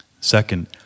Second